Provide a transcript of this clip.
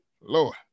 Lord